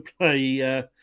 play